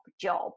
job